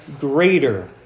greater